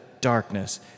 darkness